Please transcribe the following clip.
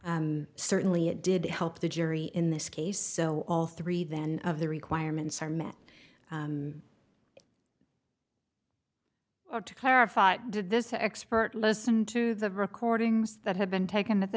terms certainly it did help the jury in this case so all three then of the requirements are met or to clarify what did this the expert listen to the recordings that had been taken at the